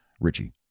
Richie